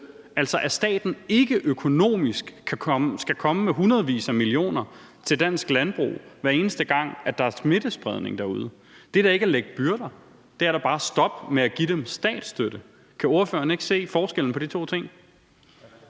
altså at staten ikke økonomisk skal komme med hundredvis af millioner kroner til dansk landbrug, hver eneste gang der er smittespredning derude. Det er da ikke at lægge byrder på dem; det er da bare at stoppe med at give dem statsstøtte. Kan ordføreren ikke se forskellen på de to ting?